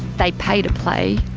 they pay to play.